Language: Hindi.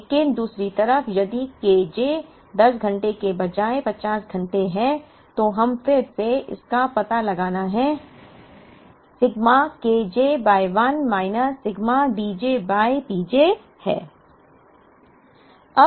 लेकिन दूसरी तरफ यदि K j 10 घंटे के बजाय 50 घंटे है तो हम फिर से इसका पता लगाना है sigma K j by 1 minus sigma D j by P j है